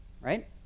right